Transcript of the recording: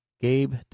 Gabe